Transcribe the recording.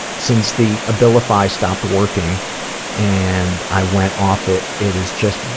since the abilify stopped working and i went off it, it is just,